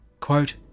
Quote